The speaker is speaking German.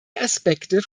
aspekte